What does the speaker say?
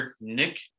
Nick